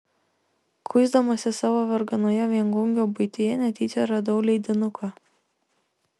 kuisdamasis savo varganoje viengungio buityje netyčia radau leidinuką